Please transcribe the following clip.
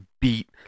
beat